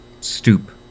stoop